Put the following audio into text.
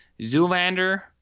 Zoolander